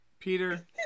Peter